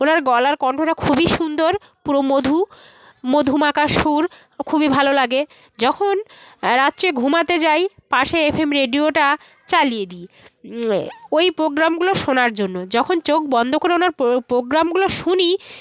ওনার গলার কণ্ঠটা খুবই সুন্দর পুরো মধু মধু মাখা সুর খুবই ভালো লাগে যখন রাত্রে ঘুমাতে যাই পাশে এফএম রেডিওটা চালিয়ে দি ওই প্রোগ্রামগুলো শোনার জন্য যখন চোখ বন্দ করে ওনার পোগ্রামগুলো শুনি